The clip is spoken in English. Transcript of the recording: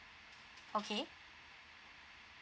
okay